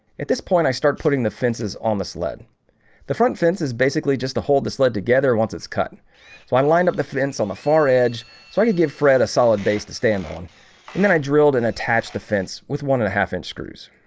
at this point i start putting the fences on the sled the front fence is basically just to hold the sled together once it's cut so i'm lined up the fence on the far edge so i could give fred a solid base to stand on and then i drilled and attached the fence with one and a half inch screws